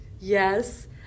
Yes